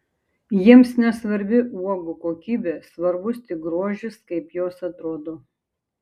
jiems nesvarbi uogų kokybė svarbus tik grožis kaip jos atrodo